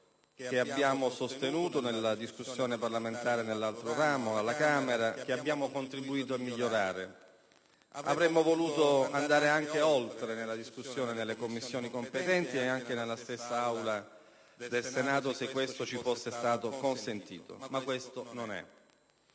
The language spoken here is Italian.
che abbiamo sostenuto nella discussione parlamentare nell'altro ramo del Parlamento, alla Camera, e che abbiamo contribuito a migliorare. Avremmo voluto andare anche oltre nella discussione svolta nelle Commissioni competenti e anche nella stessa Aula del Senato, se questo ci fosse stato consentito. Ma così non è